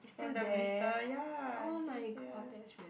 it's still there oh my god that's really